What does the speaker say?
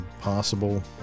possible